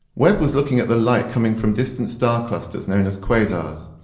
webb was looking at the light coming from distant star clusters known as quasars.